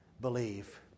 believe